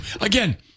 again